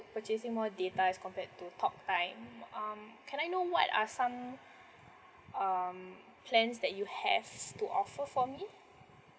purchasing more data as compared to talk time um can I know what are some um plans that you have to offer for me